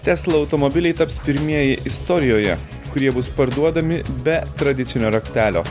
tesla automobiliai taps pirmieji istorijoje kurie bus parduodami be tradicinio raktelio